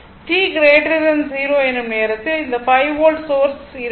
t 0 எனும் நேரத்தில் இந்த 5 வோல்ட் சோர்ஸ் இருக்கும்